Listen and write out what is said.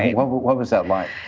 what but what was that like?